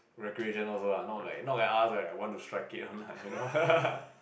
recreational also not like not like us right I want to strike it or like you know